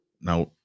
now